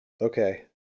Okay